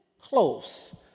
close